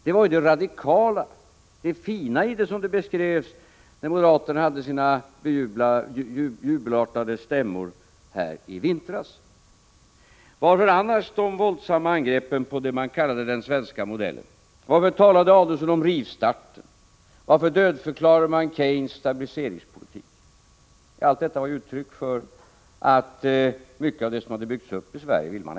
Det var ju det radikala, det fina i det hela, som det beskrevs när moderaterna hade sina jubelartade stämmor här i vintras. Varför annars de våldsamma angreppen på det man kallade för den svenska modellen? Varför talade Adelsohn om rivstarter? Varför dödförklarade man Keynes stabiliseringspolitik? Allt detta var ju uttryck för att man ville ändra på mycket av det som hade byggts upp i Sverige.